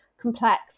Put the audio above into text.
complex